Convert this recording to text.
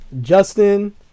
Justin